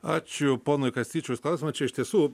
ačiū ponui kastyčiui už klausimą čia iš tiesų